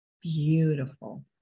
Beautiful